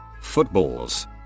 footballs